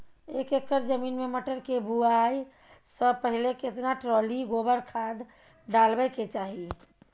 एक एकर जमीन में मटर के बुआई स पहिले केतना ट्रॉली गोबर खाद डालबै के चाही?